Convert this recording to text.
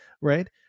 right